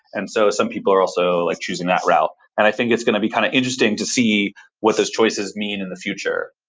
and so some people are also like choosing that route. and i think it's going to be kind of interesting to see what those choices mean in the future.